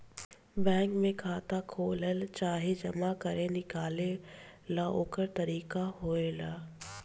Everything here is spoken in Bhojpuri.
बैंक में खाता खोलेला चाहे जमा करे निकाले ला ओकर तरीका होखेला